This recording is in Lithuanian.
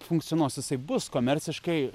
funkcionuos jisai bus komerciškai